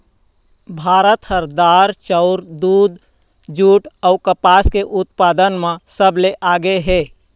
भारत ह दार, चाउर, दूद, जूट अऊ कपास के उत्पादन म सबले आगे हे